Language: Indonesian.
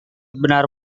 benar